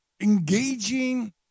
Engaging